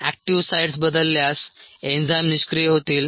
active sites बदलल्यास enzyme निष्क्रिय होतील